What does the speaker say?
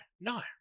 No